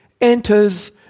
enters